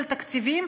על תקציבים,